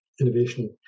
innovation